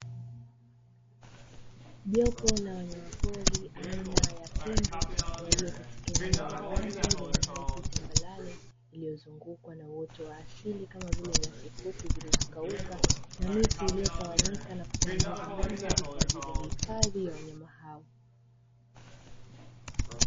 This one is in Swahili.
Jopo la wanyama pori aina ya tembo walio katika eneo la wazi lenye ardhi tambarare, iliyozungukwa na uoto wa asili kama vile nyasi fupi zilizokauka, na miti iliyotawanyika na kutengeneza mandhari kwa ajili ya hifadhi ya wanyama hao.